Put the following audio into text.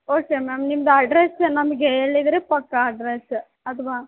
okay ma'am ನಿಮ್ದು address ನಮಗೆ ಹೇಳಿದ್ರೆ ಪಕ್ಕ ಅಡ್ರಸ್ ಅಥವಾ